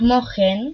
כמו כן,